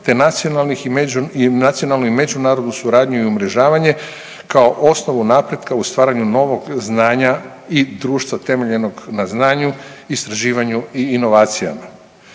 nacionalnu i međunarodnu suradnju i umrežavanje kao osnovu napretka u stvaranju novog znanja i društva temeljenog na znanju, istraživanju i inovacijama.